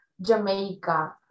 Jamaica